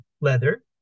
leather